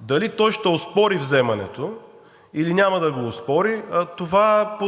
дали той ще оспори вземането, или няма да го оспори, това